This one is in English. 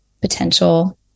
potential